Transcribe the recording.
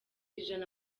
ijana